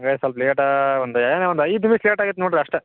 ಹಂಗಾಯ್ ಸೊಲ್ಪ ಲೇಟಾ ಬಂದೆ ಒಂದು ಐದು ನಿಮಿಷ ಲೇಟಾಗೈತಿ ನೋಡ್ರಿ ಅಷ್ಟೇ